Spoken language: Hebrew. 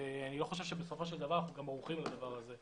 ואני לא חושב שאנחנו ערוכים לדבר הזה,